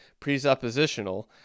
presuppositional